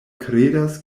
kredas